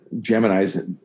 Gemini's